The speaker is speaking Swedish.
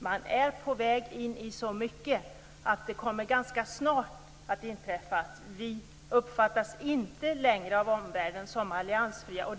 Man är på väg in i så mycket att det ganska snart kommer att inträffa att vi inte längre uppfattas av omvärlden som alliansfria.